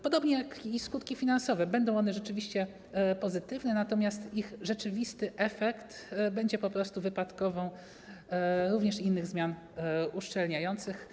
Podobnie skutki finansowe będą rzeczywiście pozytywne, natomiast ich rzeczywisty efekt będzie po prostu wypadkową również innych zmian uszczelniających.